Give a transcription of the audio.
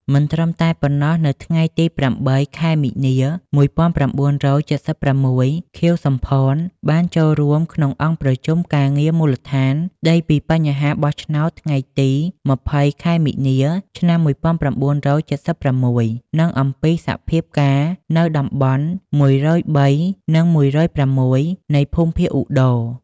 មិនត្រឹមតែប៉ុណ្ណោះនៅថ្ងៃទី ៨ ខែមីនា ១៩៧៦ ខៀវ សំផន បានចូលរួមក្នុងអង្គប្រជុំការងារមូលដ្ឋាន ស្តីពីបញ្ហាបោះឆ្នោតថ្ងៃទី ២០ ខែមីនា ឆ្នាំ ១៩៧៦ និងអំពីសភាពការណ៍នៅតំបន់ ១០៣ និង ១០៦ នៃភូមិភាគឧត្តរ ។